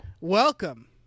Welcome